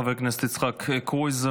תודה רבה לחבר הכנסת יצחק קרויזר.